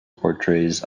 portrays